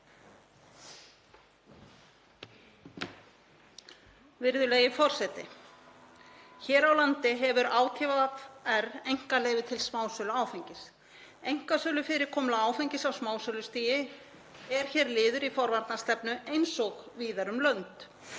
Virðulegi forseti. Hér á landi hefur ÁTVR einkaleyfi til smásölu áfengis. Einkasölufyrirkomulag áfengis á smásölustigi er hér liður í forvarnastefnu eins og víðar um lönd.